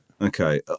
Okay